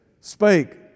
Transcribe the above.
spake